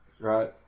Right